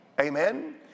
amen